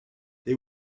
they